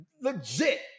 legit